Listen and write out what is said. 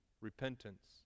repentance